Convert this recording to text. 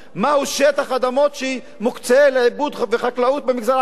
מה שטח האדמות שמוקצה לעיבוד וחקלאות במגזר הערבי,